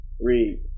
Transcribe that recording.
Read